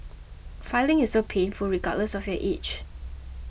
filing is so painful regardless of your age